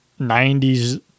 90s